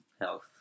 Health